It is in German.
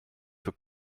für